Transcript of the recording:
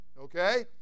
okay